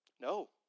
no